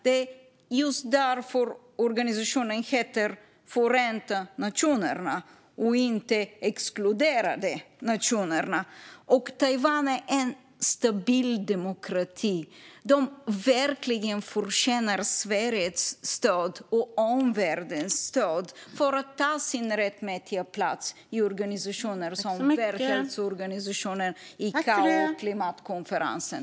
Det är just därför organisationen heter Förenta nationerna och inte Exkluderande nationerna. Taiwan är en stabil demokrati som verkligen förtjänar Sveriges och omvärldens stöd för att ta sin rättmätiga plats i organisationer som Världshälsoorganisationen, ICAO och klimatkonferensen.